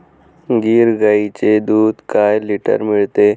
गीर गाईचे दूध काय लिटर मिळते?